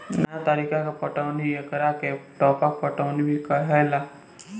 नया तरीका के पटौनी के एकरा के टपक पटौनी भी कहाला